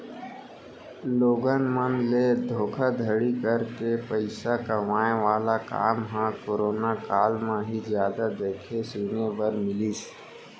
लोगन मन ले धोखाघड़ी करके पइसा कमाए वाला काम ह करोना काल म ही जादा देखे सुने बर मिलिस